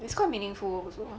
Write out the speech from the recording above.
it's quite meaningful also